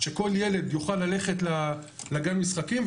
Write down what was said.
שכל ילד יוכל ללכת לגן משחקים,